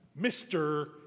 Mr